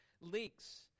leaks